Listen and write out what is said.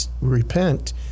repent